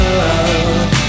love